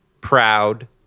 proud